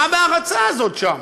מה ה"בהרצה" הזאת שם?